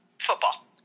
football